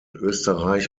österreich